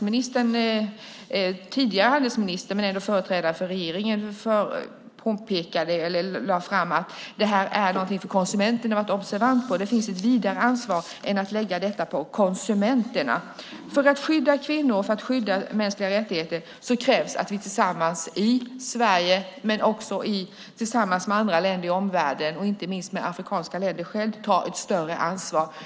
Den tidigare handelsministern och företrädaren för regeringen lade fram att detta är någonting för konsumenterna att vara observanta på. Det finns ett vidare ansvar, och därför kan man inte bara lägga detta på konsumenterna. För att skydda kvinnor och mänskliga rättigheter krävs det att vi tillsammans i Sverige och tillsammans med andra länder i omvärlden, inte minst med afrikanska länder, tar ett större ansvar.